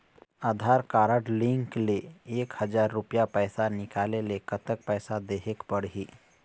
आधार card link ले एक हजार रुपया पैसा निकाले ले कतक पैसा देहेक पड़ही?